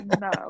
No